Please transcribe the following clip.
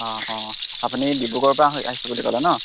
অঁ অঁ আপুনি ডিব্ৰুগড়ৰ পৰা হৈ আহিছো বুলি ক'লে ন